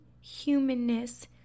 humanness